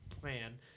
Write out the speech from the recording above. plan